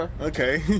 okay